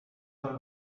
son